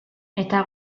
eta